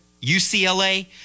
UCLA